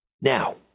Now